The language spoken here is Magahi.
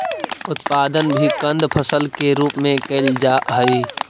उत्पादन भी कंद फसल के रूप में कैल जा हइ